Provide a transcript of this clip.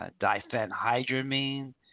diphenhydramine